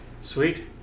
Sweet